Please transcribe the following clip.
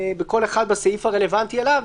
כל אחד בסעיף הרלוונטי לו.